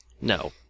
No